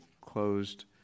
closed